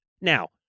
now